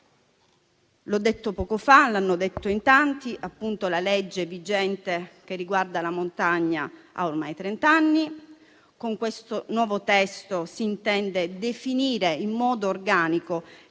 ho detto e come hanno ricordato in tanti, la legge vigente che riguarda la montagna ha ormai trent'anni. Con questo nuovo testo si intende definire in modo organico